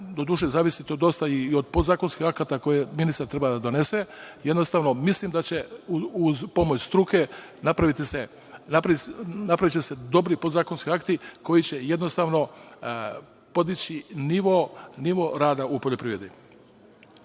doduše, zavisi to dosta i od podzakonskih akata koje ministar treba da donese, jednostavno mislim da će uz pomoć struke napraviti se dobri podzakonski akti koji će jednostavno podići nivo rada u poljoprivredi. Ono